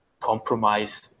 compromise